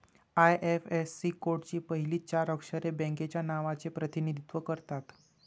IFSC कोडची पहिली चार अक्षरे बँकेच्या नावाचे प्रतिनिधित्व करतात